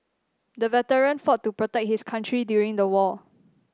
the veteran fought to protect his country during the war